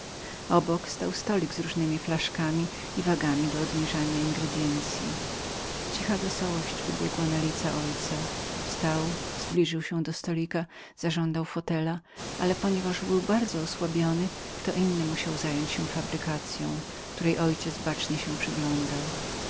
obok stał stolik z różnemi flaszkami i wagami do odmierzania przypraw cicha wesołość wybiegła na lica mego ojca wstał zbliżył się do stolika zażądał krzesła ale ponieważ był bardzo osłabionym kto inny zatem musiał zająć się fabrykacyą której mój ojciec bacznie się przyglądał